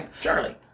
Charlie